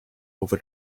over